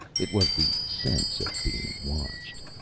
it was the sense of being watched.